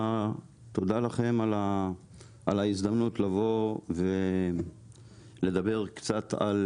תודה לכם על ההזדמנות לבוא ולדבר קצת על